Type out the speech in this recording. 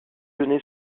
donné